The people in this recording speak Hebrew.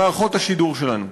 ממערכות השידור שלנו.